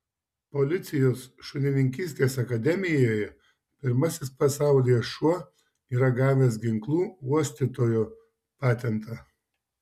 policijos šunininkystės akademijoje pirmasis pasaulyje šuo yra gavęs ginklų uostytojo patentą